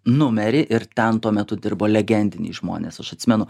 numerį ir ten tuo metu dirbo legendiniai žmonės aš atsimenu